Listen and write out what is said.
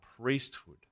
priesthood